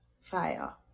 fire